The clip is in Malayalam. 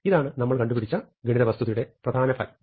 ഇതാണ് നമ്മൾ കണ്ടുപിടിച്ച ഗണിതവസ്തുതയുടെ പ്രധാന ഫലം